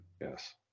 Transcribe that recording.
Yes